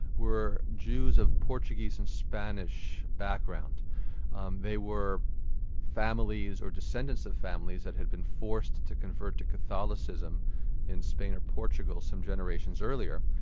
were jews of portuguese and spanish background um they were families, or descendents of families that had been forced to convert to catholicism in spain and portugal some generations earlier,